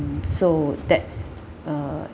mm so that's uh